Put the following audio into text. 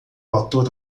ator